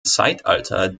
zeitalter